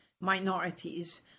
minorities